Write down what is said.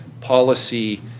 policy